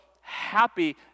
happy